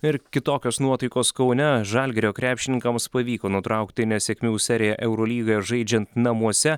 ir kitokios nuotaikos kaune žalgirio krepšininkams pavyko nutraukti nesėkmių seriją eurolygoje žaidžiant namuose